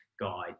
guide